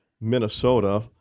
Minnesota